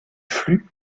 flux